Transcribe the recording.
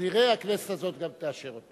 שכנראה הכנסת הזאת גם תאשר אותו.